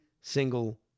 single